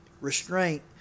Restraint